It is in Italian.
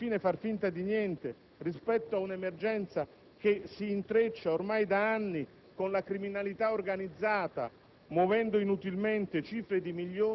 Possiamo far finta di niente di fronte ai picchetti, alle polemiche spontanee e non strumentali di tanta gente di Pianura, che dopo quarantuno